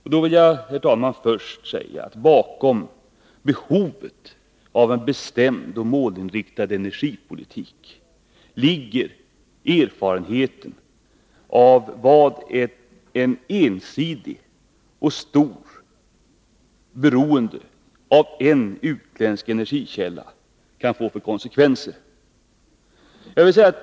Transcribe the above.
Jag vill i detta sammanhang först säga, att bakom kravet på en bestämd och målinriktad energipolitik ligger erfarenheten av vad ett ensidigt och stort beroende av en enda utländsk energikälla kan få för konsekvenser.